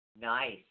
Nice